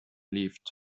lived